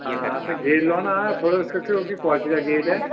आं असें गेट लोआना हा थुआढ़े कोल केह्ड़ी क्वालिटी दा गेट